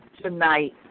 tonight